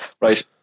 right